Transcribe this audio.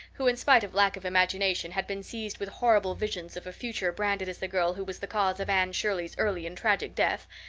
who, in spite of lack of imagination, had been seized with horrible visions of a future branded as the girl who was the cause of anne shirley's early and tragic death,